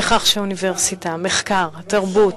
לכך שהאוניברסיטה, המחקר, התרבות,